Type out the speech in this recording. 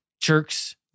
jerks